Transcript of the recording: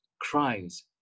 cries